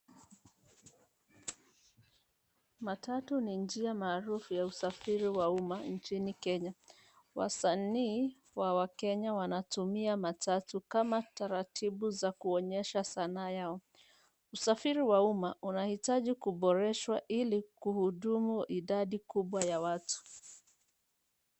Matatu ni njia maarufu ya usafiri wa umma nchini kenya. Wasanii wa wakenya wanatumia matatu kama taratibu za kuonyesha Sanaa yao. Usafiri wa umma unahitaji kuboreshwa ili kuhudumu idadi kubwa ya watu.